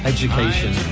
Education